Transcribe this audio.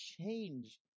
change